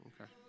Okay